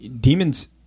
demons